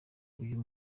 uyu